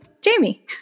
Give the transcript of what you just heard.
Jamie